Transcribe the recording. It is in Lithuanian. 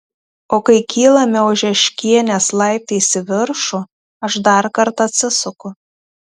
o kai kylame ožeškienės laiptais į viršų aš dar kartą atsisuku